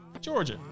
Georgia